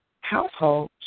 household